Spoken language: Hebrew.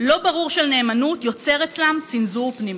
לא ברור של נאמנות יוצר אצלם צנזור פנימי.